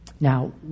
Now